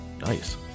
nice